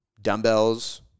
dumbbells